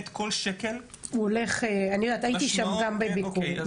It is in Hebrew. כל שקל משמעו --- הייתי שם בביקור,